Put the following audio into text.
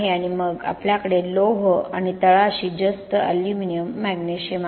आणि मग आपल्याकडे लोह आहे आणि तळाशी जस्त एल्युमिनियम मॅग्नेशियम आहे